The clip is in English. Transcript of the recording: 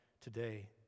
today